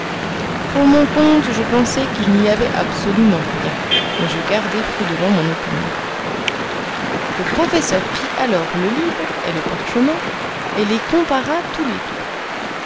pour mon compte je pensais qu'il n'y avait absolument rien mais je gardai prudemment mon opinion le professeur prit alors le livre et le parchemin et les compara tous les deux